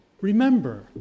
Remember